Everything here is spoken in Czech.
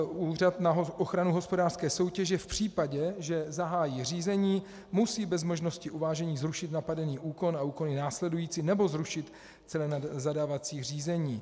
Úřad na ochranu hospodářské soutěže v případě, že zahájí řízení, musí bez možnosti uvážení zrušit napadený úkon a úkony následující nebo zrušit celé zadávací řízení.